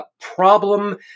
problem